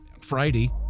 Friday